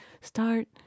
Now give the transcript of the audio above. start